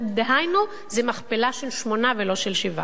דהיינו, זה מכפלה של שמונה ולא של שבעה.